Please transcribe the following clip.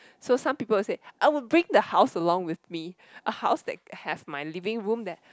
so some people would say I would bring the house along with me a house that have my living room that